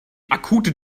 akute